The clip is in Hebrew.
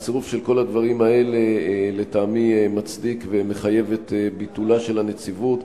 הצירוף של כל הדברים האלה לטעמי מצדיק ומחייב את ביטולה של הנציבות